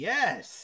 Yes